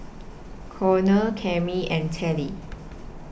Connor Cammie and Telly